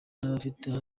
n’abafite